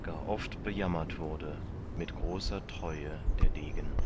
gar oft bejammert wurde mit großer treue der degen